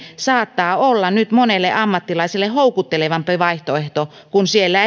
saattaa olla nyt monelle ammattilaiselle houkuttelevampi vaihtoehto kun siellä